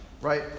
right